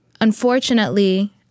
unfortunately